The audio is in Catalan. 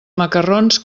macarrons